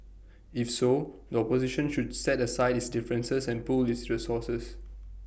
if so the opposition should set aside its differences and pool its resources